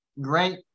great